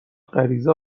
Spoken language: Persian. غریزه